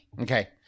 Okay